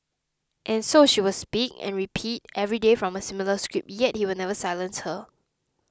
and so she will speak and repeat every day from a similar script yet he will never silence her